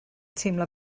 teimlo